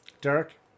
Derek